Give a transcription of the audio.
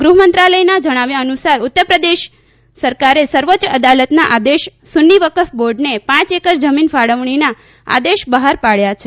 ગૃહમંત્રાલયના જણાવ્યા અનુસાર ઉત્તરપ્રદેશ સરકારે સર્વોચ્ય અદાલતના આદેશ સુન્ની વક્ફ બોર્ડને પાંચ એકર જમીન ફાળવણીના આદેશ બહાર પાડ્યા છે